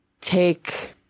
take